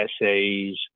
essays